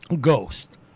Ghost